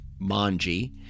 Manji